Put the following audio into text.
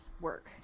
work